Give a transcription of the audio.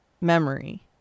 memory